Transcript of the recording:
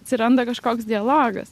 atsiranda kažkoks dialogas